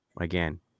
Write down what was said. again